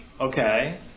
Okay